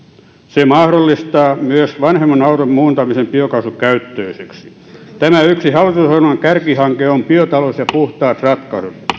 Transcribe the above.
se mahdollistaa myös vanhemman auton muuntamisen biokaasukäyttöiseksi yksi hallitusohjelman kärkihanke on biotalous ja puhtaat ratkaisut